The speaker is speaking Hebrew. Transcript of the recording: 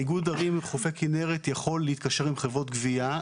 איגוד ערים חופי כנרת יכול להתקשר עם חברות גבייה.